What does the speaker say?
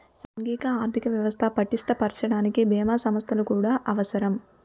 సాంఘిక ఆర్థిక వ్యవస్థ పటిష్ట పరచడానికి బీమా సంస్థలు కూడా అవసరం